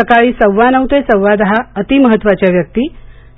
सकाळी सव्वा नऊ ते सव्वा दहा अतिमहत्वाच्या व्यवक्ती